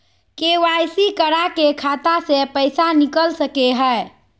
KYC करा के खाता से पैसा निकल सके हय?